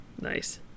Nice